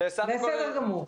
בסדר גמור.